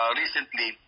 recently